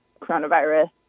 coronavirus